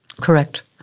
Correct